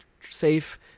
safe